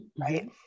Right